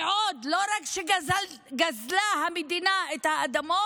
ועוד, לא רק שהמדינה גזלה את האדמות,